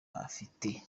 afite